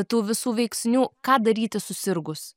tų visų veiksnių ką daryti susirgus